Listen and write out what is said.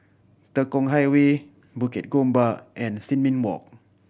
Tekong Highway Bukit Gombak and Sin Ming Walk